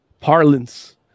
parlance